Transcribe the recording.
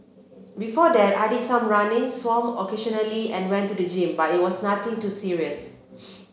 before that I did some running swam occasionally and went to the gym but it was nothing too serious